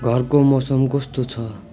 घरको मौसम कस्तो छ